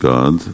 God